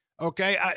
Okay